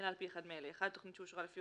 אלא על פי אחד מאלה: (1)תכנית שאושרה לפי